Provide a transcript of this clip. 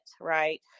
right